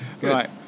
Right